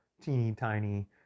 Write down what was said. teeny-tiny